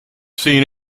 seen